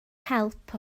help